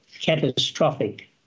catastrophic